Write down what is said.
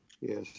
Yes